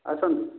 ଆସନ୍ତୁ